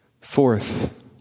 Fourth